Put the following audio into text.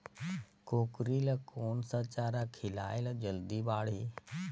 कूकरी ल कोन सा चारा खिलाय ल जल्दी बाड़ही?